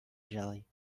jelly